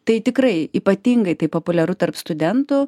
tai tikrai ypatingai tai populiaru tarp studentų